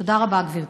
תודה רבה, גברתי.